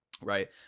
right